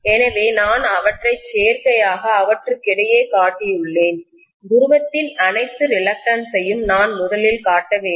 எனவே நான் அவற்றை சேர்க்கையாக அவற்றுக்கிடையேக் காட்டியுள்ளேன் துருவத்தின் அனைத்து ரிலக்டன்ஸ் யும் நான் முதலில் காட்ட வேண்டும்